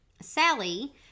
Sally